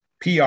pr